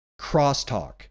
crosstalk